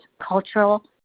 cultural